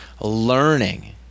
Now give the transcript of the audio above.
learning